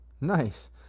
Nice